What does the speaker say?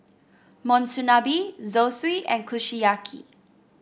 Monsunabe Zosui and Kushiyaki